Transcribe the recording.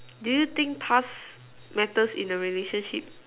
do you think past matters in a relationship